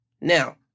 Now